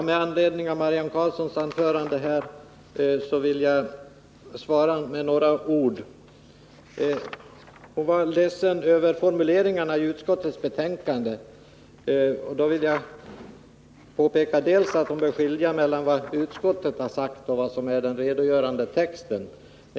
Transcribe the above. Fru talman! Jag vill säga några ord med anledning av Marianne Karlssons anförande. Marianne Karlsson var ledsen över formuleringarna i utskottets betänkan de, men jag vill påpeka att hon bör skilja på dels vad utskottet har uttalat, dels vad som är redogörande text.